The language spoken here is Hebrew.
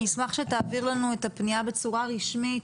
אני אשמח שתעביר לנו אתה פנייה בצורה רשמית,